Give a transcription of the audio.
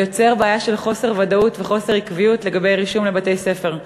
ויוצר בעיה של חוסר ודאות וחוסר עקביות לגבי רישום לבתי-ספר.